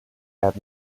have